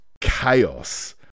chaos